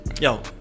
Yo